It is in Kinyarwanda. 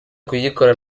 kuyikora